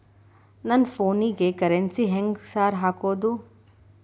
ನನ್ ಫೋನಿಗೆ ಕರೆನ್ಸಿ ಹೆಂಗ್ ಸಾರ್ ಹಾಕೋದ್?